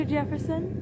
Jefferson